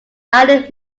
adding